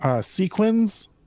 Sequins